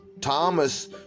Thomas